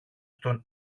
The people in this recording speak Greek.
στον